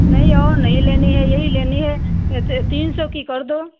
नहीं और नहीं लेनी है यही लेनी है यह तीन सौ की कर दो